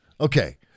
Okay